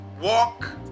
Walk